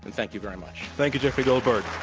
and thank you very much. thank you, jeffrey goldberg.